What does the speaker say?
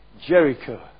Jericho